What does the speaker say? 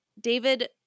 David